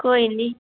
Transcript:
कोई निं